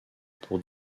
pour